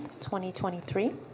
2023